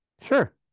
Sure